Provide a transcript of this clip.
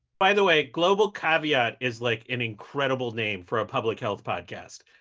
by the way, global caveat is like an incredible name for a public health podcast.